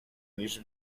niż